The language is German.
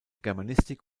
germanistik